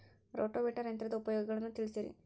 rotavator ಯಂತ್ರದ ಉಪಯೋಗಗಳನ್ನ ತಿಳಿಸಿರಿ